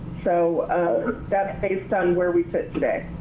so that's based on where we fit today.